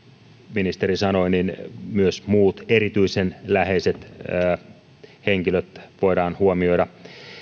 ministeri sanoi myös muut erityisen läheiset henkilöt voidaan huomioida